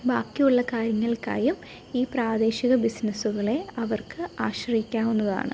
ബാക്കിയുള്ള കാര്യങ്ങൾക്കായും ഈ പ്രാദേശിക ബിസിനസ്സുകളെ അവർക്ക് ആശ്രയിക്കാവുന്നതാണ്